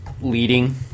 leading